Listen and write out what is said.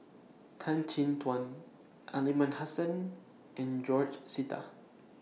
Tan Chin Tuan Aliman Hassan and George Sita